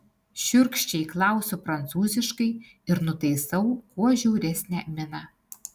šiurkščiai klausiu prancūziškai ir nutaisau kuo žiauresnę miną